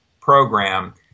program